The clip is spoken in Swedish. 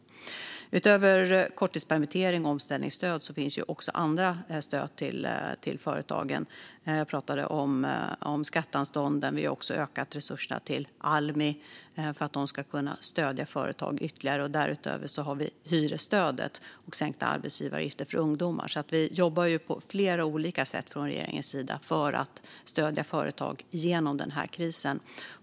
Utöver korttidspermittering och omställningsstöd finns även andra stöd till företagen. Jag pratade om skatteanstånden, och vi har ökat resurserna till Almi för att de ska kunna stödja företag ytterligare. Därutöver har vi hyresstödet och sänkta arbetsgivaravgifter för ungdomar. Vi jobbar alltså på flera olika sätt från regeringens sida för att stödja företag genom den här krisen.